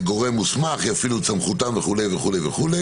גורם מוסמך מפעיל את סמכותו וכו' וכו',